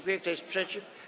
Kto jest przeciw?